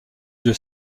dieu